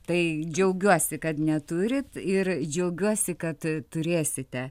tai džiaugiuosi kad neturit ir džiaugiuosi kad turėsite